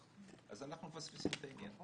אנחנו מפספסים את העניין.